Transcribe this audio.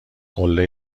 قله